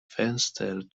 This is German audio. fenster